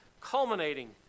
culminating